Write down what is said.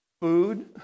Food